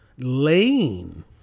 lane